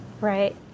Right